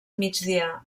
migdia